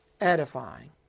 edifying